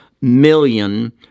million